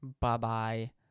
Bye-bye